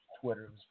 Twitter